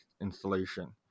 installation